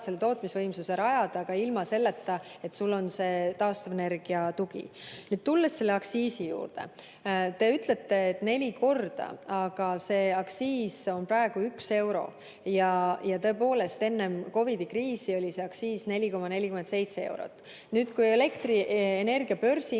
selle tootmisvõimsuse rajada ka ilma selleta, et sul on see taastuvenergia tugi. Nüüd tulen aktsiisi juurde. Te ütlesite, et neli korda. Aga see aktsiis on praegu 1 euro. Tõepoolest enne COVID‑i kriisi oli see aktsiis 4,47 eurot. Nüüd, kui elektrienergia